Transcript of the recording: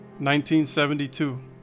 1972